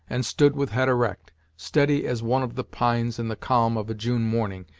and stood with head erect, steady as one of the pines in the calm of a june morning,